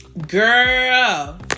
girl